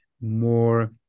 more